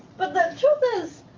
but the truth is,